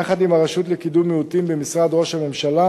יחד עם הרשות לקידום מיעוטים במשרד ראש הממשלה